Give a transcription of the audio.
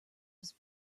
was